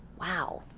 wow.